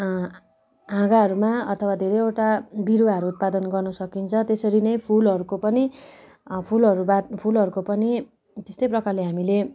हाँगाहरूमा अथवा धेरैवटा बिरुवाहरू उत्पादन गर्नु सकिन्छ त्यसरी नै फुलहरूको पनि फुलहरूबा फुलहरूको पनि त्यस्तै प्रकारले हामीले